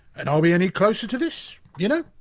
and are we any closer to this, you know,